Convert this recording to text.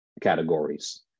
categories